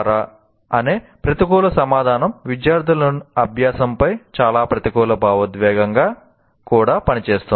' అనే ప్రతికూల సమాధానం విద్యార్థుల అభ్యాసంపై చాలా ప్రతికూల భావోద్వేగంగా కూడా పనిచేస్తుంది